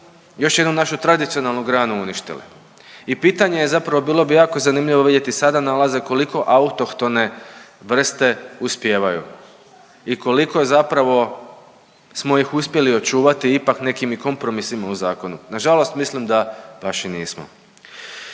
još jednu našu tradicionalnu granu uništili. I pitanje je, zapravo bilo bi jako zanimljivo vidjeti sada nalaze koliko autohtone vrste uspijevaju i koliko zapravo smo ih uspjeli očuvati ipak nekim i kompromisima u zakonu. Na žalost, mislim da baš i nismo.